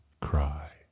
cry